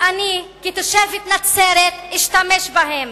כי אני, כתושבת נצרת, אשתמש בהם.